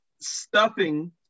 Stuffing